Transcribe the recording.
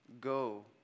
go